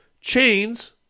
chains